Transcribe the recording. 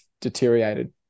deteriorated